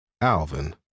Alvin